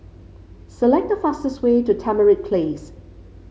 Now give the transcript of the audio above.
select the fastest way to Tamarind Place